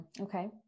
Okay